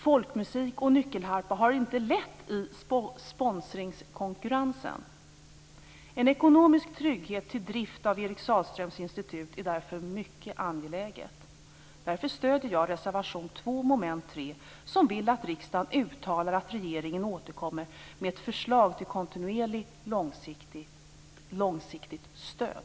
Folkmusik och nyckelharpa har det inte lätt i sponsringskonkurrensen. En ekonomisk trygghet till drift av Eric Sahlströms institut är därför mycket angelägen. Därför stöder jag reservation 2 under mom. 3, där man vill att riksdagen uttalar att regeringen återkommer med förslag till kontinuerligt, långsiktigt stöd.